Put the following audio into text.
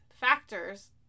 factors